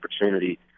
opportunity